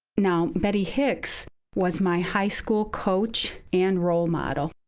now, bette hicks was my high school coach and role model.